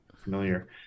familiar